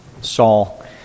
Saul